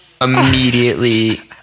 immediately